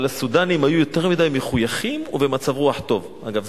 אבל הסודנים היו יותר מדי מחויכים ובמצב רוח טוב" אגב,